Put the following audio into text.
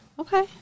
Okay